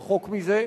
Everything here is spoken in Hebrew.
רחוק מזה.